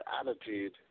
attitude